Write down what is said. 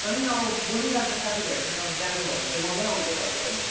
तर पनि अब बोलिराख्दा साथीभाइहरूसँग जानुभयो भने चाहिँ मजै आउँछ तपाईँलाई